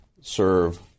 serve